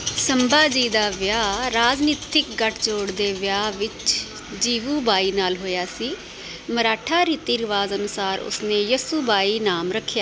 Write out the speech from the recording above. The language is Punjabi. ਸੰਭਾਜੀ ਦਾ ਵਿਆਹ ਰਾਜਨੀਤਿਕ ਗੱਠਜੋੜ ਦੇ ਵਿਆਹ ਵਿੱਚ ਜੀਵੂਬਾਈ ਨਾਲ ਹੋਇਆ ਸੀ ਮਰਾਠਾ ਰੀਤੀ ਰਿਵਾਜ਼ ਅਨੁਸਾਰ ਉਸਨੇ ਯਸੂਬਾਈ ਨਾਮ ਰੱਖਿਆ